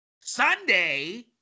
Sunday